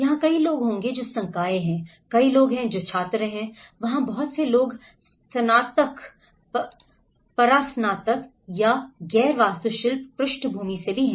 क्या कई लोग होंगे जो संकाय हैं कई लोग हैं जो छात्र हैं वहाँ बहुत से लोग स्नातक परास्नातक या गैर वास्तुशिल्प पृष्ठभूमि से भी हैं